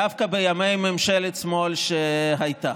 דווקא בימי ממשלת שמאל שהייתה.